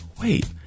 wait